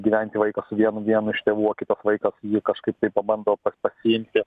gyventi vaiką su vienu vienu iš tėvų o kitas vaikas jį kažkaip tai pabando pats paiimti